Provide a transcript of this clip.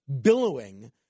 billowing